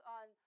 on